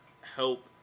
help